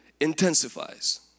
intensifies